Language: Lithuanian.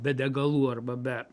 be degalų arba be